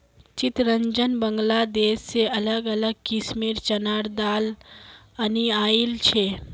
चितरंजन बांग्लादेश से अलग अलग किस्मेंर चनार दाल अनियाइल छे